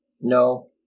No